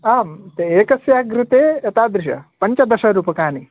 आं ते एकस्य कृते तादृश पञ्चदश रूप्यकाणि